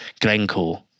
Glencore